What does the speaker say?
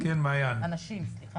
הנשים, סליחה.